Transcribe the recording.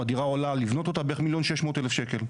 הדירה עולה לבנות אותה בערך 1.6 מיליון שקלים.